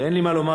אין לי מה לומר,